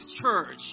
church